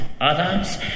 others